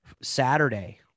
Saturday